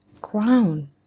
crown